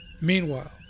Meanwhile